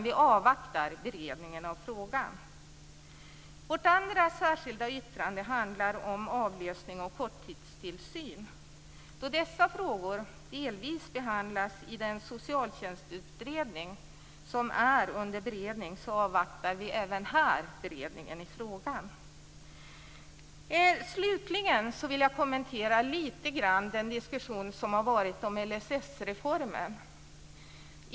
Vi avvaktar beredningen av frågan. Vårt andra särskilda yttrande handlar om avlösning och korttidstillsyn. Då dessa frågor delvis behandlas i den socialtjänstutredning som är under beredning avvaktar vi även här beredningen i frågan. Slutligen vill jag lite grann kommentera den diskussion som har varit om LSS-reformen.